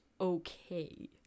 okay